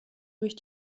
durch